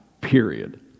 period